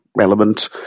element